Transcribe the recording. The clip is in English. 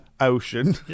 ocean